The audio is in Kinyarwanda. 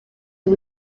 ubu